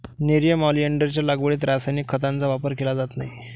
nerium ऑलिंडरच्या लागवडीत रासायनिक खतांचा वापर केला जात नाही